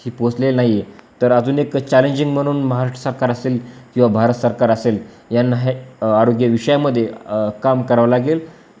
ही पोचले नाही आहे तर अजून एक चॅलेंजिंग म्हणून महाराष्ट्र सरकार असेल किंवा भारत सरकार असेल यांना हे आरोग्य विषयामध्ये काम करावं लागेल